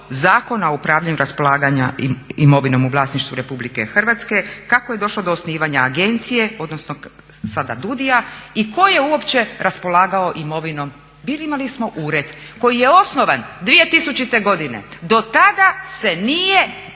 Zakona o upravljanju raspolaganja imovinom u vlasništvu Republike Hrvatske? Kako je došlo do osnivanja agencije, odnosno sada DUDI-a? I tko je uopće raspolagao imovinom? Imali smo ured koji je osnovan 2000. godine, do tada se nije